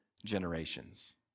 Generations